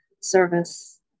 service